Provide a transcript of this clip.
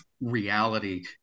reality